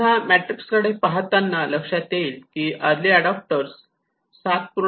पुन्हा मेट्रीक्स कडे पाहताना लक्षात येईल की अर्ली एडाप्टर 7